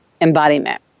embodiment